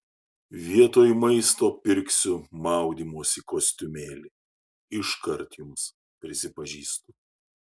vietoj maisto pirksiu maudymosi kostiumėlį iškart jums prisipažįstu